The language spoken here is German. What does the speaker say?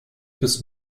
bis